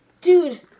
Dude